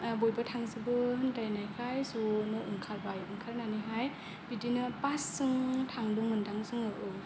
थांजोबो होनलाय नायखाय ज'नो ओंखारबाय ओंखारनानैहाय बिदिनो बास जों थांदोंमोनदां जोङो औ